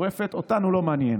גורפת, אותנו זה לא מעניין.